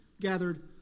gathered